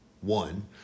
One